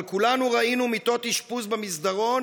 אבל כולנו ראינו מיטות אשפוז במסדרון